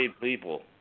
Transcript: people